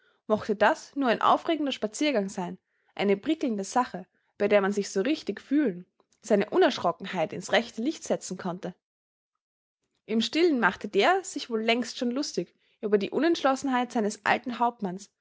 mochte das nur ein aufregender spaziergang sein eine prickelnde sache bei der man sich so richtig fühlen seine unerschrockenheit ins rechte licht setzen konnte im stillen machte der sich wohl längst schon lustig über die unentschlossenheit seines alten hauptmanns